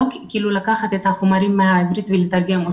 לא רק לקחת חומרים בעברית ולתרגם,